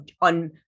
on